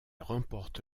remporte